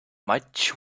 much